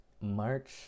March